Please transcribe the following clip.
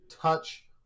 touch